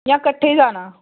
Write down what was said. जां किट्ठे जाना